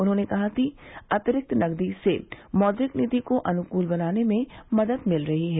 उन्होंने कहा कि अतिरिक्त नगदी से मौद्रिक नीति को अनुकूल बनाने में मदद मिल रही है